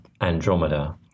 Andromeda